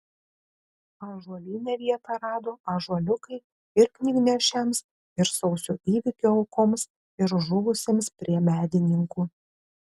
ąžuolyne vietą rado ąžuoliukai ir knygnešiams ir sausio įvykių aukoms ir žuvusiems prie medininkų